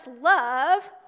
love